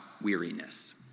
weariness